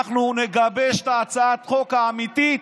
אנחנו נגבש את הצעת החוק האמיתית,